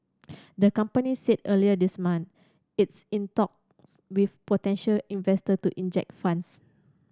the company said earlier this month it's in talks with potential investor to inject funds